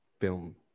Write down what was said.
film